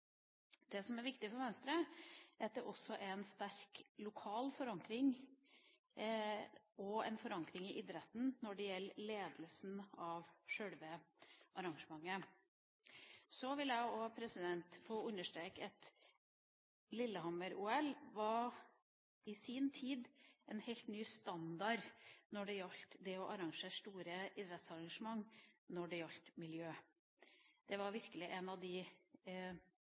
Det som er viktig for Venstre, er at det også er en sterk lokal forankring og en forankring i idretten når det gjelder ledelsen av sjølve arrangementet. Så vil jeg også få understreke at Lillehammer-OL i sin tid hadde en helt ny standard når det gjaldt det å arrangere store idrettsarrangementer – når det gjaldt miljø. Det var virkelig et av de